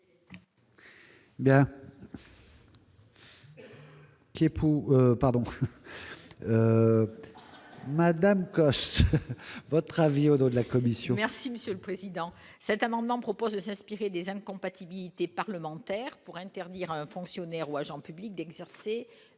Madame votre avis au dos de la commune. Merci Monsieur le Président, cet amendement propose de s'inspirer des incompatibilités parlementaires pour interdire, fonctionnaire ou agent public d'exercer